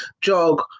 jog